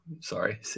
sorry